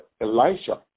Elisha